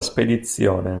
spedizione